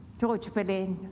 george boleyn.